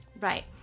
Right